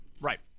Right